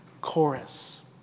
Chorus